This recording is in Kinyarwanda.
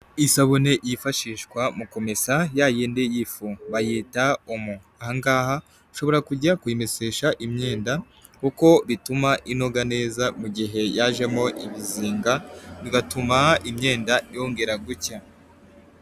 Isabune yifashishwa mu kumesa ya yindi y'ifu, bayita omo. Ahangaha ushobora kujya kuyimeshesha imyenda, kuko bituma inoga neza mu gihe yajemo ibizinga, bigatuma imyenda yongera gucya.